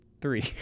three